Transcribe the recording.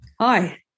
Hi